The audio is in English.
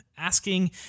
Asking